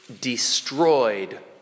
destroyed